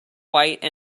white